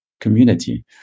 community